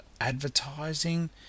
advertising